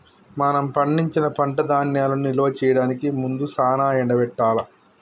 మనం పండించిన పంట ధాన్యాలను నిల్వ చేయడానికి ముందు సానా ఎండబెట్టాల్ల